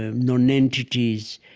ah non-entities,